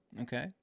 Okay